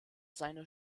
seiner